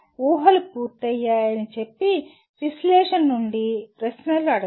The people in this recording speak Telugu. ఊహలు పూర్తయ్యాయని చెప్పి విశ్లేషణ నుండి ప్రశ్నలు అడగండి